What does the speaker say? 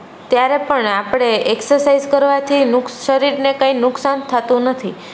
ત્યારે પણ આપણે એક્સર્સાઇઝ કરવાથી શરીરને કાંઈ નુકસાન થતું નથી